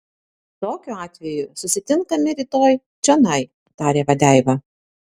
tokiu atveju susitinkame rytoj čionai tarė vadeiva